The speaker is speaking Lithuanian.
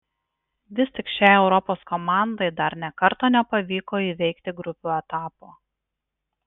vis tik šiai europos komandai dar nė karto nepavyko įveikti grupių etapo